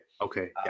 Okay